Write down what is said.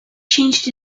changed